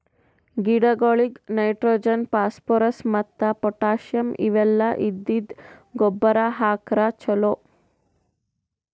ಗಿಡಗೊಳಿಗ್ nitrogen, phosphorus ಮತ್ತ್ potassium ಇವೆಲ್ಲ ಇದ್ದಿದ್ದ್ ಗೊಬ್ಬರ್ ಹಾಕ್ರ್ ಛಲೋ